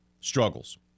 Struggles